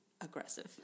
aggressive